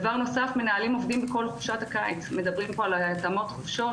דבר נוסף, מדברים פה על התאמת חופשות